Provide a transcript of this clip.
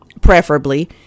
Preferably